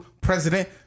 president